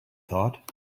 thought